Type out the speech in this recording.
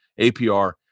APR